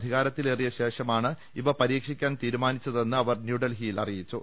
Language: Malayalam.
അധികാരത്തിലേറിയ ശേഷമാണ് ഇവ പരീക്ഷിക്കാൻ തീരുമാ നിച്ചതെന്ന് അവർ ന്യൂഡൽഹിയിൽ അറിയിച്ചു